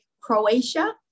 Croatia